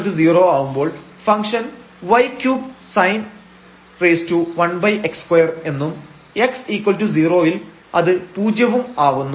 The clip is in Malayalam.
x≠0 ആവുമ്പോൾ ഫംഗ്ഷൻ y3 sin⁡1x2 എന്നും x0 വിൽ അത് പൂജ്യവും ആവുന്നു